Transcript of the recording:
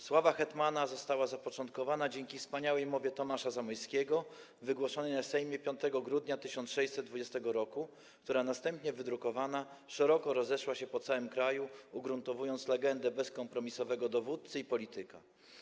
Sława hetmana została zapoczątkowana dzięki wspaniałej mowie Tomasza Zamoyskiego wygłoszonej na Sejmie 5 grudnia 1620 r., która następnie wydrukowana szeroko rozeszła się po całym kraju, ugruntowując legendę bezkompromisowego dowódcy i polityka.